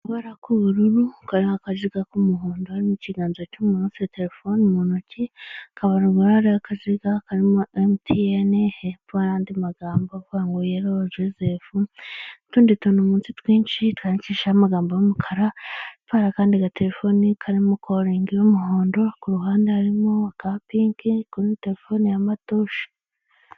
Akabara k'ubururu ka akaziga k'umuhondo harimo ikiganza cy'umuntu ufite telefone mu ntoki, hakaba ruguru hariho akaziga karimo Emutiyene, hepfo hari andi magambo avuga ngo yelo Joseph, utundi tuntu munsi twinshi twandikishijeho amagambo y'umukara hepfo hari akandi gatelefoni karimo kolingi y'umuhondo, ku ruhande harimo aka pinki kuri terefone ya matushe.